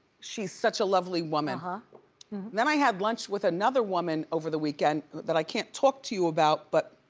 she's such a lovely woman. ah then i had lunch with another woman over the weekend that i can't talk to you about, but